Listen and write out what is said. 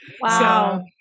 Wow